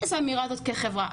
נתייחס לאמירה הזו כחברה.